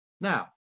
Now